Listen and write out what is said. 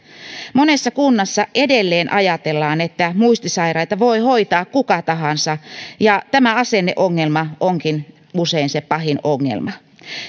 monessa kunnassa edelleen ajatellaan että muistisairaita voi hoitaa kuka tahansa ja tämä asenneongelma onkin usein se pahin ongelma